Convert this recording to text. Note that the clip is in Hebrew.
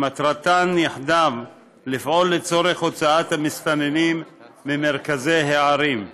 שמטרתן יחדיו לפעול לצורך הוצאת המסתננים ממרכזי הערים.